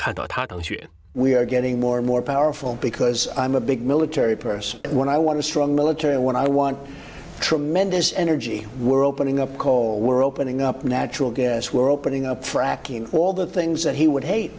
out we are getting more and more powerful because i'm a big military person and when i want to strong military when i want tremendous energy we're opening up call we're opening up natural gas we're opening up fracking all the things that he would hate